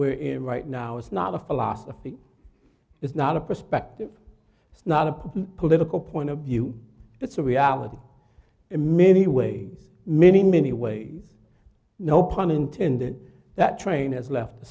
we're in right now is not a philosophy it's not a perspective it's not a political point of view it's a reality many way many many ways no pun intended that train has left t